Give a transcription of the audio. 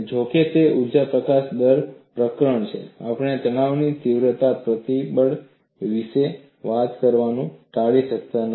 જોકે તે ઊર્જા પ્રકાશન દર પ્રકરણ છે આપણે તણાવ તીવ્રતા પરિબળ વિશે વાત કરવાનું ટાળી શકતા નથી